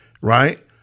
right